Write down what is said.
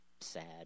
Sad